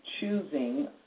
choosing